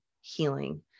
healing